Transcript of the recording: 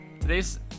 Today's